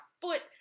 foot